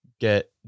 get